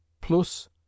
plus